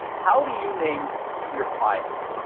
how do you name your files?